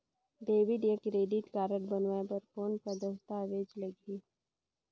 Debit या credit card बनवाय बर कौन का दस्तावेज लगही?